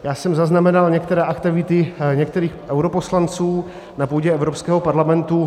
Já jsem zaznamenal některé aktivity některých europoslanců na půdě Evropského parlamentu.